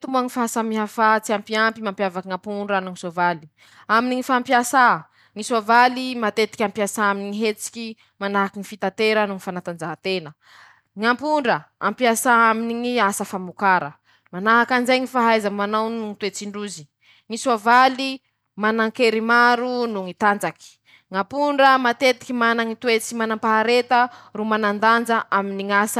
<…> toa moa ñy fahasamihafa tsy ampiampy mampiavaky ñapondra noho ñy soavaly; aminy ñy fampiasa: - ñy soavaly matetiky ampiasa aminy ñy hitseky manahaky ñy fitatera noho ñy fanatanjahatena; ñampondra ampiasa aminy ñy asa famokara. -manahaky anizay gny fahaiza manao noho ñy toetsindrozy: ñy soavaly manan-kery maro noho ñy tanjaky ;ñampondra matetiky manañy toetsy manam- pahareta ro manan- danja aminy ñ'asa.